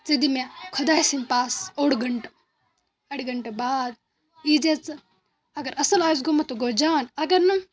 ژٕ دِ مےٚ خۄداے سٕندۍ پاسہٕ اوٚڑ گٲنٛٹہٕ اَڑِ گٲنٛٹہٕ بعد یی زے ژٕ اگر اَصٕل آسہِ گوٚمُت تہٕ گوٚو جان اگر نہٕ